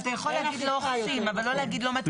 אתה יכול להגיד לא אוכפים אבל לא להגיד לא מתקינים.